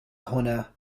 هنا